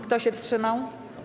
Kto się wstrzymał?